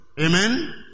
Amen